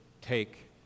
Take